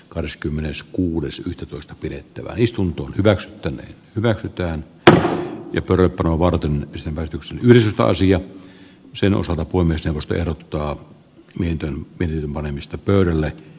kahdeskymmeneskuudes yhdettätoista pidettävä istunto hyväksytyn hyväksyttyään p e korea nuorten ystävät yli sataisi ja sen osalta ponnistelusta jarruttaa miten peli molemmista pöydälle